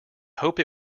hope